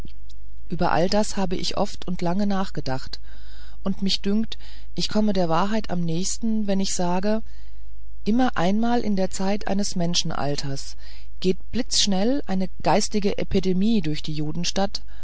über all das habe ich oft und lange nachgedacht und mich dünkt ich komme der wahrheit am nächsten wenn ich sage immer einmal in der zeit eines menschenalters geht blitzschnell eine geistige epidemie durch die